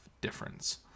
difference